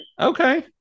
Okay